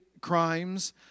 crimes